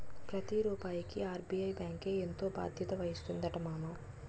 ప్రతి రూపాయికి ఆర్.బి.ఐ బాంకే ఎంతో బాధ్యత వహిస్తుందటరా మామా